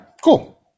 Cool